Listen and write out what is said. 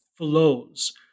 flows